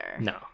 No